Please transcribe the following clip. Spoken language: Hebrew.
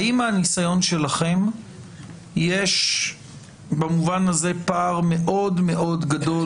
האם מהניסיון שלכם יש במובן הזה פער מאוד מאוד גדול